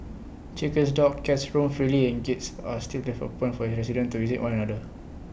chickens dogs cats roam freely and gates are still left open for residents to visit one another